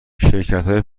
شرکتای